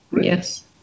yes